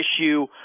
issue